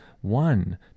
one